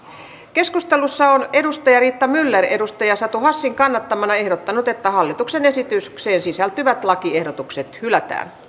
keskustelussa on riitta myller satu hassin kannattamana ehdottanut että hallituksen esitykseen sisältyvät lakiehdotukset hylätään